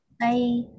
Bye